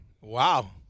Wow